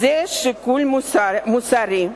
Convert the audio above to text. השיקול המוסרי.